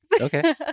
okay